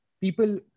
people